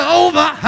over